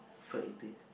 perfect date